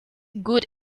good